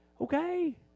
Okay